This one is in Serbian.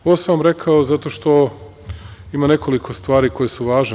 Ovo sam vam rekao zato što ima nekoliko stvari koje su važne.